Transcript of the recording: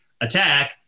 attack